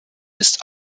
ist